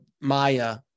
Maya